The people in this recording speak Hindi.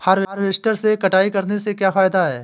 हार्वेस्टर से कटाई करने से क्या फायदा है?